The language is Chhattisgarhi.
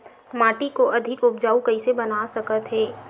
माटी को अधिक उपजाऊ कइसे बना सकत हे?